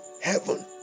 heaven